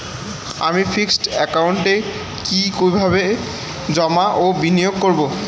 আমি ফিক্সড একাউন্টে কি কিভাবে জমা ও বিনিয়োগ করব?